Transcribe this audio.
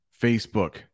facebook